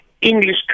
English